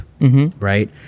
right